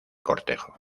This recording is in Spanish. cortejo